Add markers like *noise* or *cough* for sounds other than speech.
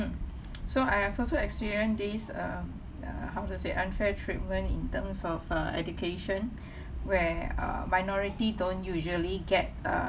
mm so I have also experienced this um ya how to say unfair treatment in terms of uh education *breath* where uh minority don't usually get err